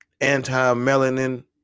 anti-melanin